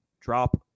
drop